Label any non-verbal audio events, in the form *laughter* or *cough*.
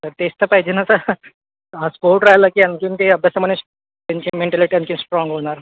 sir तेच तर पाहिजे ना सर हां स्पोर्ट राहिला की आणखीन ते अभ्यासामध्ये टेंशन *unintelligible* आणखीन स्ट्राँग होणार